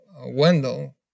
Wendell